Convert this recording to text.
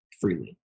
freely